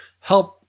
help